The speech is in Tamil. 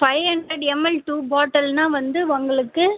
ஃபை ஹண்ட்ரட் எம்எல் டூ பாட்டில்னால் வந்து உங்களுக்கு